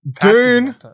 Dune